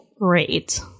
great